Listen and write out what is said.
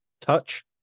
touch